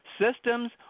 systems